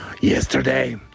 Yesterday